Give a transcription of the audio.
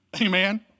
Amen